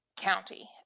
County